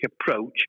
approach